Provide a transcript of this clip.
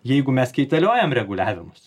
jeigu mes keitaliojam reguliavimus